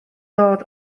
dod